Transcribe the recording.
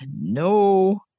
No